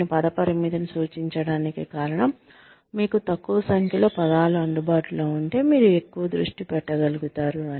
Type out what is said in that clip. నేను పద పరిమితిని సూచించడానిక కారణం మీకు తక్కువ సంఖ్యలో పదాలు అందుబాటులో ఉంటే మీరు ఎక్కువ దృష్టి పెట్టగలుగుతారు